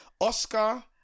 Oscar